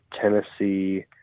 Tennessee